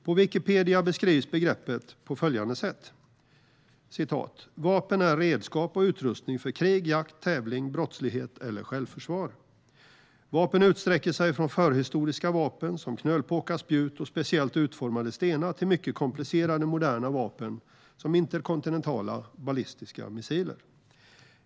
På Wikipedia beskrivs begreppet på följande sätt: "Vapen är redskap och utrustning för krig, jakt, tävling, brottslighet eller självförsvar. Vapen utsträcker sig från förhistoriska vapen som knölpåkar, spjut och speciellt utformade stenar till mycket komplicerade moderna vapen som interkontinentala ballistiska missiler.